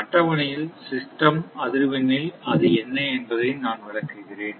அட்டவணையில் சிஸ்டம் அதிர்வெண்ணில் அது என்ன என்பதை நான் விளக்குகிறேன்